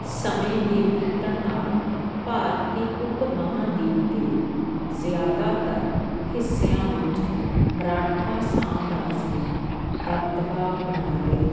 ਸਮੇਂ ਦੇ ਬੀਤਣ ਨਾਲ ਭਾਰਤੀ ਉਪ ਮਹਾਂਦੀਪ ਦੇ ਜ਼ਿਆਦਾਤਰ ਹਿੱਸਿਆਂ ਵਿੱਚ ਮਰਾਠਾ ਸਾਮਰਾਜ ਨੇ ਦਬਦਬਾ ਬਣਾ ਲਿਆ